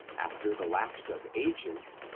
after the lapse of ages,